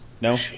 no